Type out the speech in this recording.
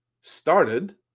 started